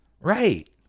Right